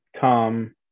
tom